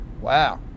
Wow